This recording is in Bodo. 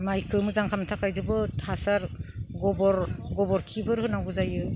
माइखो मोजां खालामनो थाखाय जोबोद हासार गोबोरखिफोर होनांगौ जायो